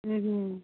ଉଁ ହୁଁ